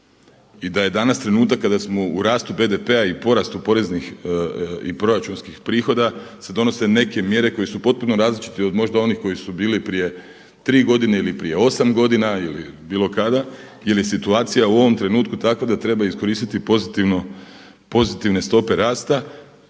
I da je danas trenutak kada smo u rastu BDP-a i porastu poreznih i proračunskih prihoda se donose neke mjere koje su potpuno različite od možda onih koji su bili prije tri godine ili prije osam godina ili bilo kada jer je situacija u ovom trenutku takva da treba iskoristiti pozitivne stope rasta